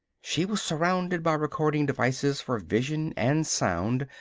she was surrounded by recording devices for vision and sound,